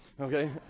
Okay